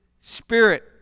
spirit